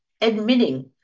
admitting